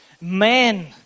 man